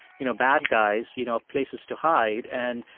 you know, bad guys, you know, places to hide. and,